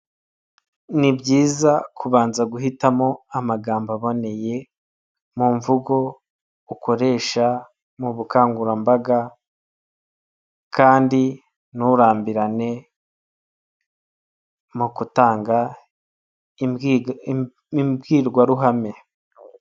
Ni byiza kubanza guhitamo amagambo aboneye, mu mvugo ukoresha mu bukangurambaga, kandi nturambirane mu gutanga imbwirwaruhame.